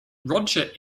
roger